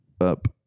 up